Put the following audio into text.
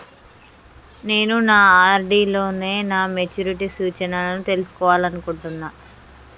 నేను నా ఆర్.డి లో నా మెచ్యూరిటీ సూచనలను తెలుసుకోవాలనుకుంటున్నా